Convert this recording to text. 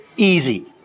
easy